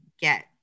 get